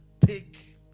Take